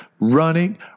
running